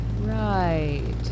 Right